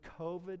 COVID